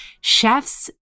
Chefs